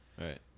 Right